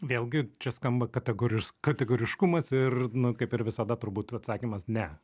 vėlgi čia skamba kategoriš kategoriškumas ir nu kaip ir visada turbūt atsakymas ne